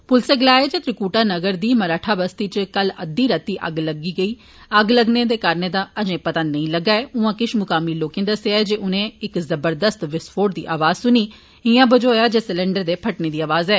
पुलसै गलाया ऐ जे त्रिकुटा नगर दी मराठा बस्ती इच कल अध्यी राती अग्ग लग्गी गेई अग्ग लगने दे कारणें दा अजे पता नेंई लग्गा ऐ ऊआं किश मुकामी लोकें दस्सेया जे उनें इक जवरदस्त विस्फोट दी अवाज़ सुनी इय्यां बझोआ जे सलैण्डर दे फट्टने दी अवाज़ ऐ